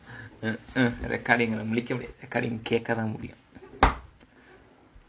recording கேட்கதான் முடியும்:ketkkathaan mudiyum